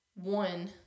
one